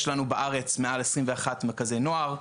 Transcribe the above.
יש לנו בארץ מעל 21 מרכזי נוער,